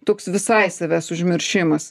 toks visai savęs užmiršimas